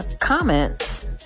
comments